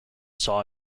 saw